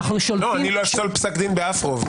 לא אפסול פסק דין באף רוב.